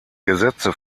gesetze